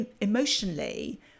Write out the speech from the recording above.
emotionally